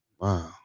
wow